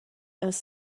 els